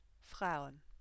Frauen